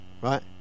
right